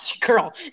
Girl